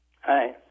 Hi